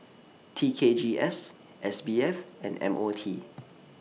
T K G S S B F and M O T